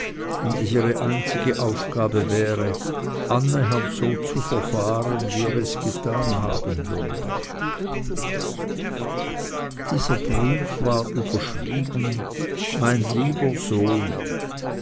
und es ihre einzige aufgabe wäre annähernd so zu verfahren wie er getan haben würde dieser brief war überschrieben mein lieber sohn